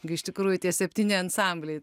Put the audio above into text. gi iš tikrųjų tie septyni ansambliai